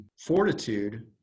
fortitude